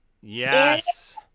Yes